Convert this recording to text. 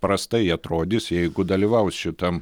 prastai atrodys jeigu dalyvaus šitam